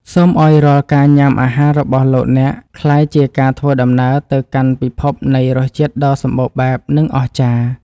សូមឱ្យរាល់ការញ៉ាំអាហាររបស់លោកអ្នកក្លាយជាការធ្វើដំណើរទៅកាន់ពិភពនៃរសជាតិដ៏សំបូរបែបនិងអស្ចារ្យ។